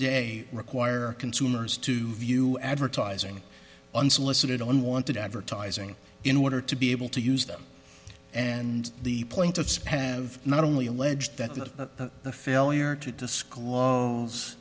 day require consumers to view advertising unsolicited unwanted advertising in order to be able to use them and the plaintiffs have not only alleged that the failure to disclose